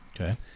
Okay